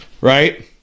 Right